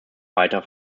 weiter